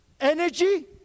energy